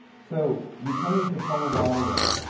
so returning to paul rodaway,